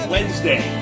Wednesday